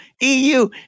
EU